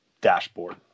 dashboard